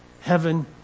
heaven